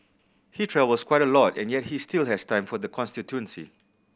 he travels quite a lot and yet he still has time for the constituency